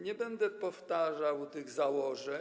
Nie będę powtarzał tych założeń.